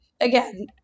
again